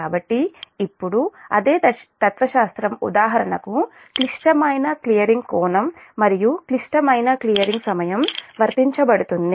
కాబట్టి ఇప్పుడు అదే తత్వశాస్త్రం ఉదాహరణకు క్లిష్టమైన క్లియరింగ్ కోణం మరియు క్లిష్టమైన క్లియరింగ్ సమయం వర్తించబడుతుంది